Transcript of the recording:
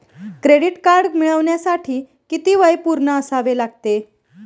Credit card मिळवण्यासाठी किती वय पूर्ण असावे लागते?